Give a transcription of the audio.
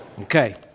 Okay